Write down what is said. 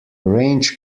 range